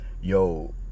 Yo